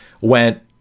went